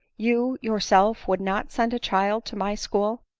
you your self would not send a child to my school?